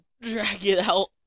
drag-it-out